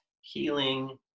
healing